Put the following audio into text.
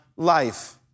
Life